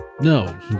no